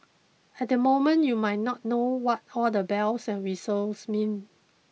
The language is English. at the moment you might not know what all the bells and whistles mean